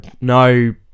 no